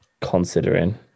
considering